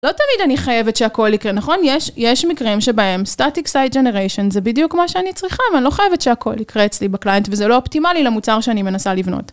לא תמיד אני חייבת שהכל יקרה, נכון? יש מקרים שבהם Static Site Generation זה בדיוק מה שאני צריכה אבל אני לא חייבת שהכל יקרה אצלי, בקליינט וזה לא אופטימלי למוצר שאני מנסה לבנות